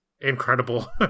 incredible